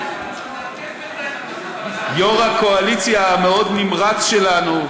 שיו"ר הקואליציה המאוד-נמרץ שלנו,